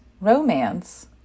romance